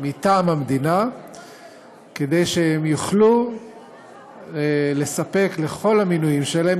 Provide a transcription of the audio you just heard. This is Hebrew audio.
מטעם המדינה כדי שהם יוכלו לספק לכל המנויים שלהם,